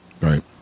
Right